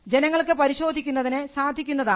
ജനങ്ങൾക്ക് പരിശോധിക്കുന്നതിനു സാധിക്കുന്നതാണ്